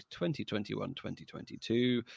2021-2022